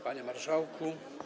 Panie Marszałku!